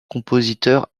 compositeur